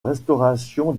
restauration